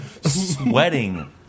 sweating